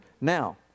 Now